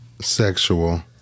sexual